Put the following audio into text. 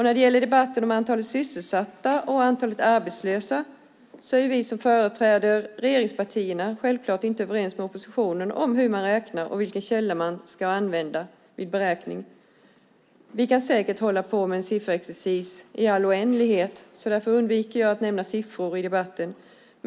När det gäller debatten om antalet sysselsatta och antalet arbetslösa är vi som företräder regeringspartierna självklart inte överens med oppositionen om hur man räknar och vilken källa man ska använda vid beräkning. Vi kan säkert hålla på med sifferexercis i all oändlighet, så därför undviker jag att nämna siffror i debatten.